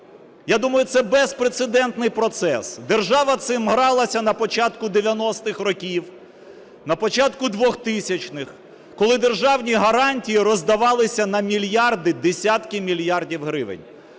Я думаю, це безпрецедентний процес, держава цим гралася на початку 90-х років, на початку 2000-х, коли державні гарантії роздавалися на мільярди, десятки мільярдів гривень.